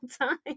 time